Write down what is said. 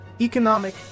economic